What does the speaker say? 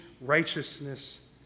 righteousness